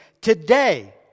today